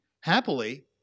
Happily